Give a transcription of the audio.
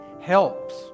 Helps